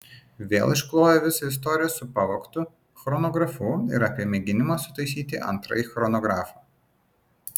vėl išklojo visą istoriją su pavogtu chronografu ir apie mėginimą sutaisyti antrąjį chronografą